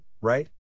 right